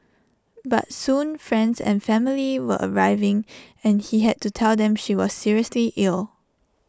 but soon friends and family were arriving and he had to tell them she was seriously ill